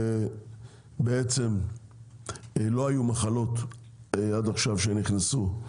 הנושא שבעצם לא היו מחלות עד עכשיו שנכנסו,